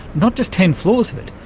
not just ten floors of it,